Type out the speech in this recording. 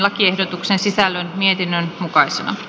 lakiehdotuksen sisällön mietinnön mukaisena